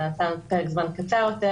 אלא נתנו פרק זמן קצר יותר,